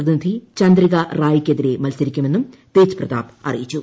പ്രതിനിധി ചന്ദ്രിക റായിക്കെതിരെ മത്സരിക്കുമെന്നും തേജ് പ്രതാപ് അറിയിച്ചു